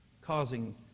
Causing